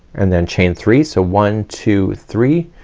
and then chain three. so one two three.